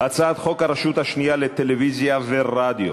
הצעת חוק הרשות השנייה לטלוויזיה ורדיו